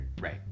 Right